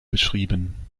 beschrieben